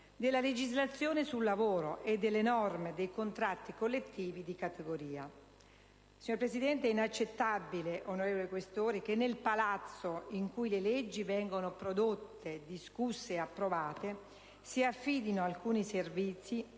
della legislazione sul lavoro e delle norme dei contratti collettivi di categoria. È inaccettabile infatti, signora Presidente, onorevoli Questori, che nel palazzo in cui le leggi vengono prodotte, discusse e approvate si affidino alcuni servizi